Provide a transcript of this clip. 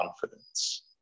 confidence